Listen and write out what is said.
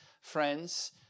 friends